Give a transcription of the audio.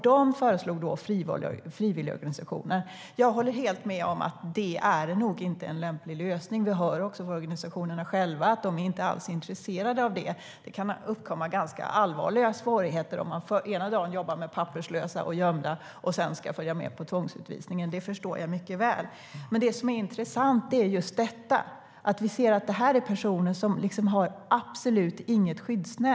De föreslog frivilligorganisationer. Jag håller helt med om att det inte är en lämplig lösning. Vi hör också av organisationerna själva att de inte alls är intresserade av det. Det kan uppkomma ganska allvarliga svårigheter om man ena dagen jobbar med papperslösa och gömda och andra dagen ska följa med på tvångsutvisning. Det förstår jag mycket väl. Det som är intressant är just detta att vi ser att det här är personer som absolut inte har något skyddsnät.